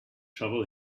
shovel